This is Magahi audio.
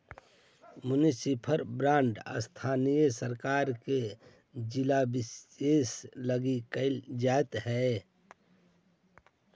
मुनिसिपल बॉन्ड स्थानीय सरकार से जिला विशेष लगी कैल जा हइ